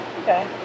okay